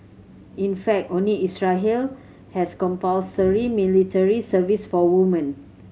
in fact only Israel has compulsory military service for women